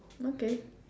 okay